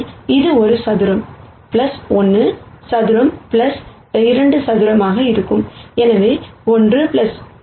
எனவே அது ஒரு சதுரம் 1 சதுரம் 2 சதுரமாக one square 1 square 2 square இருக்கும்